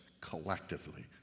collectively